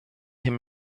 him